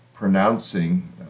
pronouncing